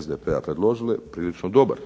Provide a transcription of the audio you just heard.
SDP-a predložile prilično dobar.